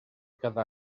cada